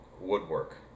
woodwork